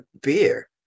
beer